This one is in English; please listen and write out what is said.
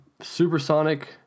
Supersonic